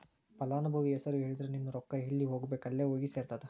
ಫಲಾನುಭವಿ ಹೆಸರು ಹೇಳಿದ್ರ ನಿಮ್ಮ ರೊಕ್ಕಾ ಎಲ್ಲಿ ಹೋಗಬೇಕ್ ಅಲ್ಲೆ ಹೋಗಿ ಸೆರ್ತದ